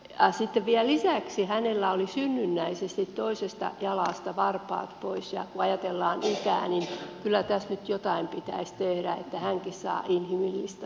sitten vielä lisäksi hänellä oli synnynnäisesti toisesta jalasta varpaat pois ja kun ajatellaan ikää niin kyllä tässä nyt jotain pitäisi tehdä että hänkin saa inhimillistä oikeutta